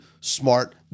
smart